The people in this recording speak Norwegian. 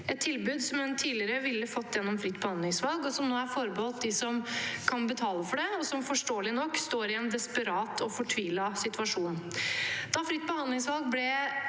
et tilbud som hun tidligere ville ha fått gjennom fritt behandlingsvalg, men som nå er forbeholdt de som kan betale for det, og som forståelig nok står i en desperat og fortvilet situasjon. Da fritt behandlingsvalg ble